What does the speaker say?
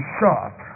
short